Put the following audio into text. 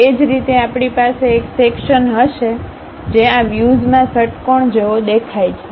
એ જ રીતે આપણી પાસે એક સેક્શન હશે જે આ વ્યુઝમાં ષટ્કોણ જેવો દેખાય છે